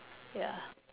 ya